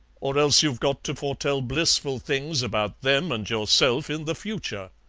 or else you've got to foretell blissful things about them and yourself in the future.